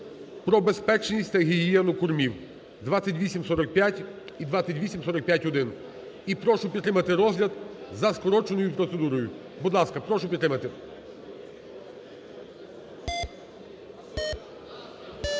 про безпечність та гігієну кормів (2845 і 2845-1). І прошу підтримати розгляд за скороченою процедурою. Будь ласка, прошу підтримати. 11:27:57 За-168